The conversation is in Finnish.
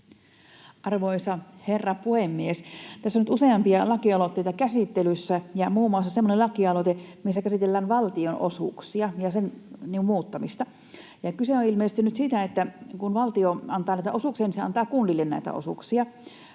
Arvoisa herra puhemies! Tässä on nyt useampia lakialoitteita käsittelyssä ja muun muassa semmoinen lakialoite, missä käsitellään valtionosuuksia ja niiden muuttamista. Kyse on ilmeisesti nyt siitä, että kun valtio antaa näitä osuuksia, niin se antaa kunnille näitä osuuksia.